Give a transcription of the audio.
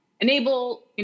enable